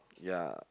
ya